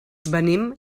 venim